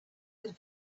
had